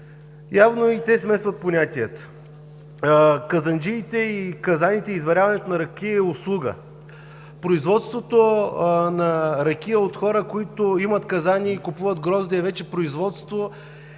второ четене смесват понятията. Казанджиите, казаните и изваряването на ракията е услуга. Производството на ракия от хора, които имат казани и купуват грозде, вече е производство.